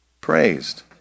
praised